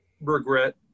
regret